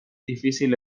difícil